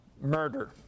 murder